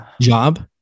job